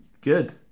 Good